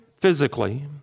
physically